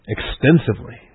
Extensively